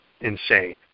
Insane